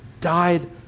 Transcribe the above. died